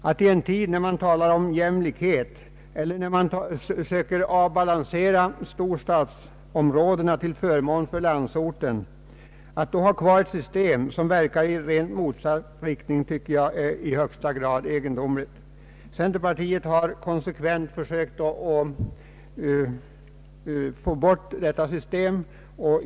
Att i en tid, när man talar om jämlikhet och när man försöker avbalansera storstadsområdena till förmån för landsorten, ha kvar ett system som verkar i rakt motsatt riktning tycker jag är i högsta grad egendomligt. Centerpartiet har konsekvent försökt att få bort detta system.